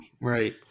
Right